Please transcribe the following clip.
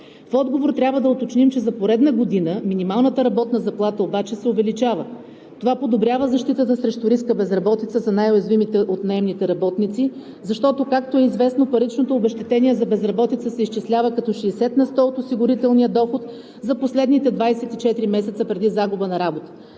В отговор трябва да уточним, че за поредна година минималната работна заплата обаче се увеличава. Това подобрява защитата срещу риска „безработица“ за най-уязвимите от наемните работници, защото, както е известно, паричното обезщетение за безработица се изчислява като 60 на сто от осигурителния доход за последните 24 месеца преди загуба на работа.